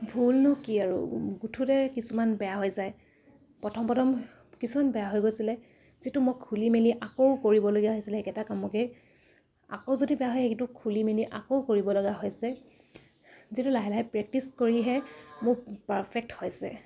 ভুলনো কি আৰু গোঠোতে কিছুমান বেয়া হৈ যায় প্ৰথম প্ৰথম কিছুমান বেয়া হৈ গৈছিলে যিটো মই খুলি মেলি আকৌ কৰিবলগীয়া হৈছিলে একেটা কামকে আকৌ যদি বেয়া হৈ সেইটো খুলি মেলি আকৌ কৰিবলগা হৈছে যিটো লাহে লাহে প্ৰেক্টিছ কৰিহে মোক পাৰফেক্ট হৈছে